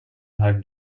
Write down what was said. her